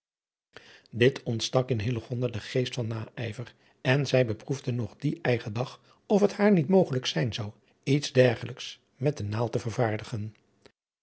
dit ontstak in hillegonda den geest van naijver en zij beproefde nog dien eigen dag of het haar niet mogelijk zijn zou iets dergelijks met de naald te vervaardigen